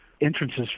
entrances